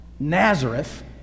Nazareth